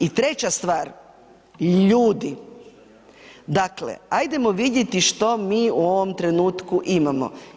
I treća stvar, ljudi, dakle, ajdemo vidjeti što mi u ovom trenutku imamo.